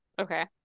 Okay